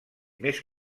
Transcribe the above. més